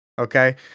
Okay